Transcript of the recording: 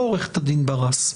לא עורכת הדין ברס,